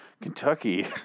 Kentucky